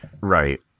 Right